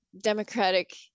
Democratic